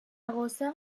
gossa